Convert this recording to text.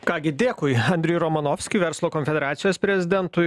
ką gi dėkui andriui romanovskiui verslo konfederacijos prezidentui